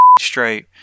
straight